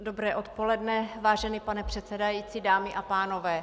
Dobré odpoledne, vážený pane předsedající, dámy a pánové.